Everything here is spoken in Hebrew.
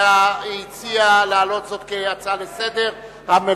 והציעה להעלות זאת כהצעה לסדר-היום.